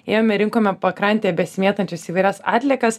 ėjome rinkome pakrantėje besimėtančias įvairias atliekas